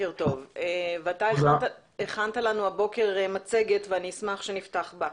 אתה הכנת לנו הבוקר מצגת ואני אשמח שנפתח בה.